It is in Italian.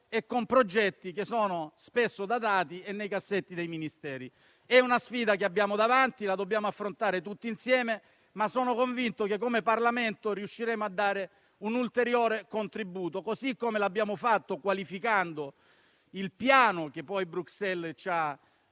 con progetti spesso datati e nei cassetti dei Ministeri. È una sfida che abbiamo davanti e che dobbiamo affrontare tutti insieme. Sono però convinto che, come Parlamento, riusciremo a dare un ulteriore contributo, come abbiamo fatto qualificando il piano che poi Bruxelles ha